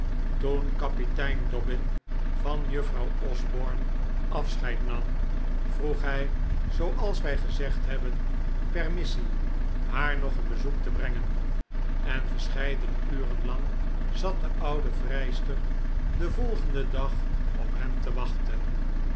toen kapitein dobbin van juffrouw osborne afscheid nam vroeg hij zooals wij gezegd hebben pcrmissie haar nog een bezoek te brengen en verscheidene uren lang zat de oude vrijster den volgenden dag op hem te wachten